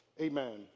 amen